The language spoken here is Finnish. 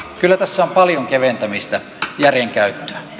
kyllä tässä on paljon keventämistä järjen käyttöä